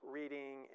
reading